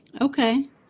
okay